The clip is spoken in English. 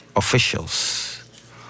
officials